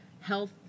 health